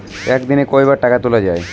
একদিনে কতবার টাকা তোলা য়ায়?